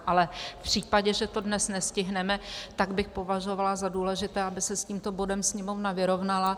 Ale v případě, že to dnes nestihneme, tak bych považovala za důležité, aby se s tímto bodem Sněmovna vyrovnala.